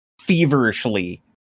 feverishly